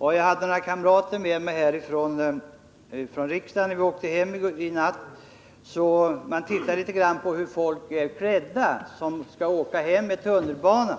När jag och några kamrater åkte hem från riksdagen natt tittade vi litet på hur folk som skulle åka med tunnelbanan